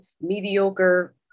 mediocre